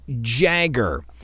Jagger